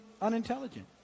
unintelligent